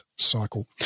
cycle